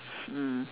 mm